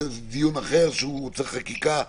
זה דיון אחר שצריך חקיקה,